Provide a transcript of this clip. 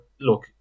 look